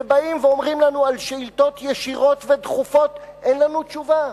ובאים ואומרים לנו על שאילתות ישירות ודחופות: אין לנו תשובה.